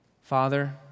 Father